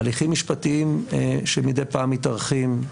הליכים משפטיים שמדי פעם מתארכים,